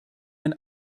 ein